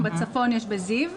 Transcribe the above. בצפון יש בזיו,